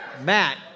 Matt